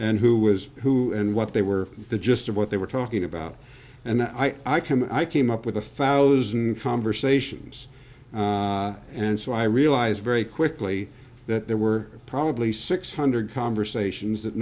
and who was who and what they were the gist of what they were talking about and i came i came up with a thousand conversations and so i realized very quickly that there were probably six hundred conversations that